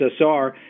USSR